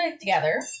together